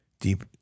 deep